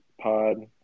Pod